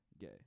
gay